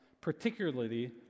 particularly